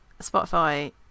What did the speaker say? Spotify